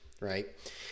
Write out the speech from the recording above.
right